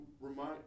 remind